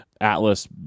Atlas